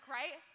right